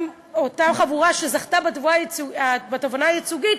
חבורה זכתה בתובענה הייצוגית,